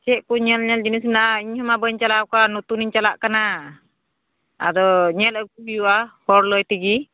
ᱪᱮᱫ ᱠᱚ ᱧᱮᱞ ᱧᱮᱞ ᱡᱤᱱᱤᱥ ᱢᱮᱱᱟᱜᱼᱟ ᱤᱧ ᱦᱚᱸᱢᱟ ᱵᱟᱹᱧ ᱪᱟᱞᱟᱣ ᱟᱠᱟᱱ ᱱᱚᱛᱩᱱᱤᱧ ᱪᱟᱞᱟᱜ ᱠᱟᱱᱟ ᱟᱫᱚ ᱧᱮᱞ ᱟᱹᱜᱩ ᱦᱩᱭᱩᱜᱼᱟ ᱦᱚᱲ ᱞᱟᱹᱭ ᱛᱮᱜᱮ